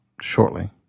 shortly